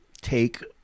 take